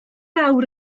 awr